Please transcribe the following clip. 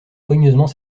soigneusement